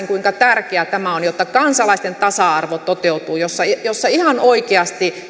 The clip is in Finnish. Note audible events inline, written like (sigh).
(unintelligible) kuinka tärkeä tämä on jotta kansalaisten tasa arvo toteutuu jossa jossa ihan oikeasti